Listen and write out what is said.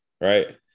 right